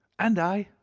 and i,